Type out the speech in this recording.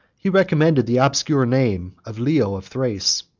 he recommended the obscure name of leo of thrace,